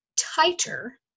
tighter